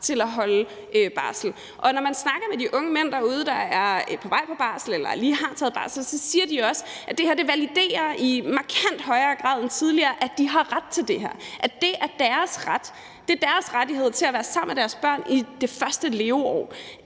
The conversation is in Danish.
til at holde barsel. Når man snakker med de unge mænd derude, der er på vej på barsel eller lige har taget barsel, så siger de også, at det her i markant højere grad end tidligere validerer, at de har ret til det her, at det er deres ret. Det er deres ret til at være sammen med deres børn i det første leveår